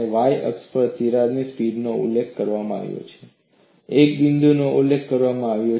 Y અક્ષ પર તિરાડ સ્પીડનો ઉલ્લેખ કરવામાં આવ્યો છે એક બિંદુનો ઉલ્લેખ કરવામાં આવ્યો છે